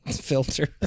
filter